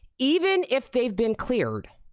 even if they've been cleared,